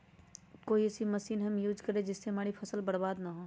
ऐसी कौन सी मशीन हम यूज करें जिससे हमारी फसल बर्बाद ना हो?